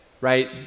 right